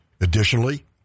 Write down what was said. Additionally